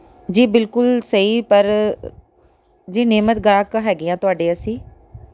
ਜੀ ਬਿਲਕੁਲ ਸਹੀ ਪਰ ਜੀ ਨਿਯਮਤ ਗ੍ਰਾਹਕ ਹੈਗੇ ਆਂ ਤੁਹਾਡੇ ਅਸੀਂ